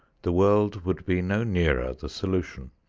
the world would be no nearer the solution.